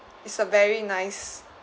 it's a very nice